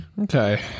Okay